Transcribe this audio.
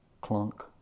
clunk